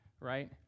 right